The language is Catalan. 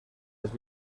els